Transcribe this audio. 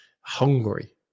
hungry